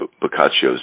Boccaccio's